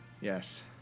Yes